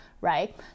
right